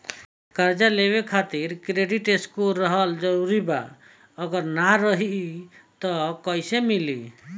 कर्जा लेवे खातिर क्रेडिट स्कोर रहल जरूरी बा अगर ना रही त कैसे मिली?